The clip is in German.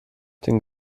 den